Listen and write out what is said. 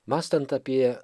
mąstant apie